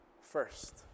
first